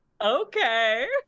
okay